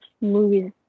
movies